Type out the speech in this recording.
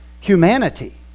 humanity